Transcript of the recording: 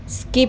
skip